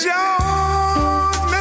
Jones